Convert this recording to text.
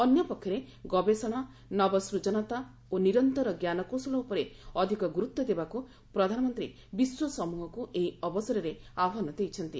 ଅନ୍ୟପକ୍ଷରେ ଗବେଷଣା ନବସୂଜନତା ଓ ନିରନ୍ତର ଜ୍ଞାନକୌଶଳ ଉପରେ ଅଧିକ ଗୁରୁତ୍ୱ ଦେବାକୁ ପ୍ରଧାନମନ୍ତୀ ବିଶ୍ୱ ସମୃହକୁ ଏହି ଅବସରରେ ଆହ୍ୱାନ ଦେଇଛନ୍ତି